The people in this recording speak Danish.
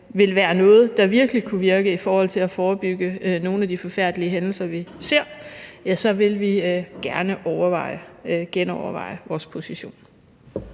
ville være noget, der virkelig kunne virke i forhold til at forebygge nogle af de forfærdelige hændelser, vi ser, vil vi gerne genoverveje vores position.